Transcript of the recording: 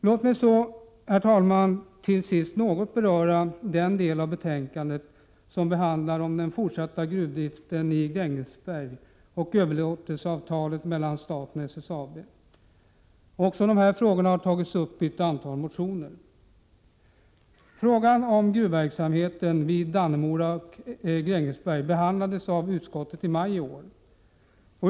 Låt mig så, herr talman, något beröra den del av betänkandet som handlar om den fortsatta gruvdriften i Grängesberg och överlåtelseavtalet mellan staten och SSAB. Också de här frågorna har tagits upp i ett antal motioner. Frågan om gruvverksamheten vid Dannemora och Grängesberg behandlades av utskottet i maj i år.